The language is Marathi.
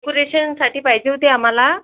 डेकोरेशनसाठी पाहिजे होती आम्हाला